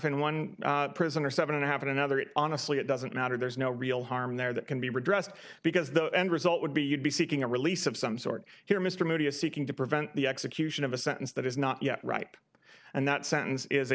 in one prison or seven and a half in another it honestly it doesn't matter there's no real harm there that can be redressed because the end result would be you'd be seeking a release of some sort here mr moody is seeking to prevent the execution of a sentence that is not yet ripe and that sentence is